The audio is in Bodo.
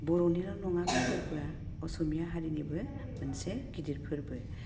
बर'निल' नङा बे फोरबोआ असमिया हारिनिबो मोनसे गिदिर फोरबो